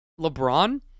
LeBron